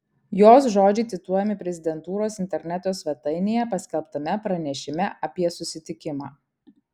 jos žodžiai cituojami prezidentūros interneto svetainėje paskelbtame pranešime apie susitikimą